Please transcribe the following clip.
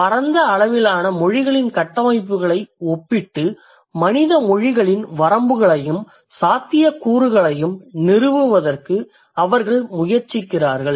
பரந்த அளவிலான மொழிகளின் கட்டமைப்புகளை ஒப்பிட்டு மனித மொழிகளின் வரம்புகளையும் சாத்தியக்கூறுகளையும் நிறுவ அவர்கள் முயற்சி செய்கிறார்கள்